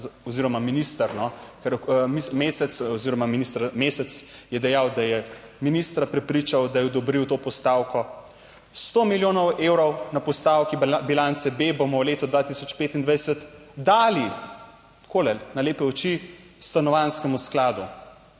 oziroma minister Mesec je dejal, da je ministra prepričal, da je odobril to postavko. Sto milijonov evrov na postavki bilance B bomo v letu 2025 dali takole na lepe oči Stanovanjskemu skladu.